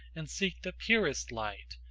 and seek the purest light,